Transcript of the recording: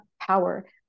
power